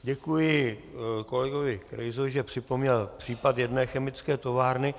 Děkuji kolegovi Krejzovi, že připomněl případ jedné chemické továrny.